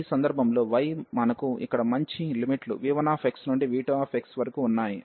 ఈ సందర్భంలో y మనకు ఇక్కడ మంచి లిమిట్ లు v1x నుండి v2x వరకు ఉన్నాయి